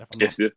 Yes